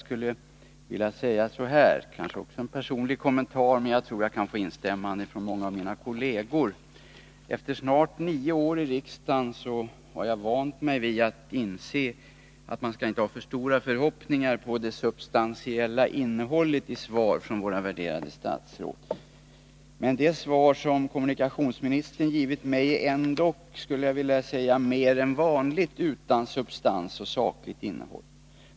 Detta är kanske också en personlig kommentar, men jag tror jag kan få instämmanden från många av mina kolleger: Efter snart nio år i riksdagen har jag vant mig vid att inte ha för stora förhoppningar på det substantiella innehållet i svar från våra värderade statsråd. Det svar som kommunikationsministern givit mig är ändock mer än vanligt utan substans och sakligt innehåll, skulle jag vilja säga.